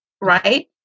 Right